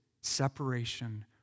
separation